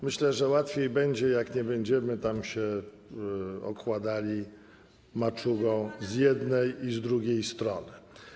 Myślę, że łatwiej będzie, jak nie będziemy się okładali maczugami z jednej i z drugiej strony.